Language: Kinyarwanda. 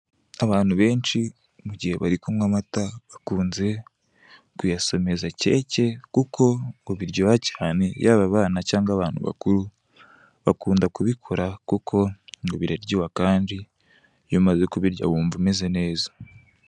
Abantu benshi mu gihe bari kunywa amata bakunze kuyasomeza keke kuko ngo biryoha cyane yaba abana cyangwa abantu bakuru bakunda kubikora, kuko ngo biraryoha kandi iyo umaze kubirya wumva umeze neza.